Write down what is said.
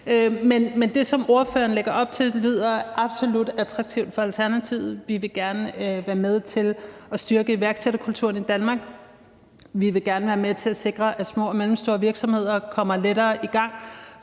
Men det, som spørgeren lægger op til, lyder absolut attraktivt for Alternativet. Vi vil gerne være med til at styrke iværksætterkulturen i Danmark. Vi vil gerne være med til at sikre, at små og mellemstore virksomheder kommer lettere i gang